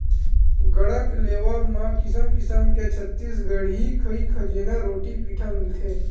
गढ़कलेवा म किसम किसम के छत्तीसगढ़ी खई खजेना, रोटी पिठा मिलथे